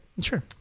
Sure